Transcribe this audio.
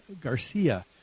Garcia